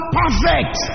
perfect